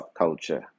subculture